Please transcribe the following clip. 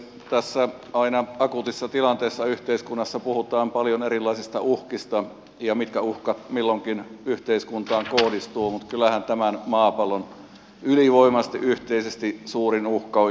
tässä aina akuutissa tilanteessa yhteiskunnassa puhutaan paljon erilaisista uhkista ja siitä mitkä uhkat milloinkin yhteiskuntaan kohdistuvat mutta kyllähän tämän maapallon ylivoimaisesti suurin yhteinen uhka on ilmastonmuutos